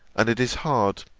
and it is hard,